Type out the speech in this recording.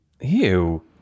Ew